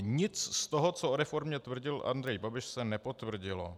Nic z toho, co o reformě tvrdil Andrej Babiš, se nepotvrdilo.